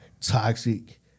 toxic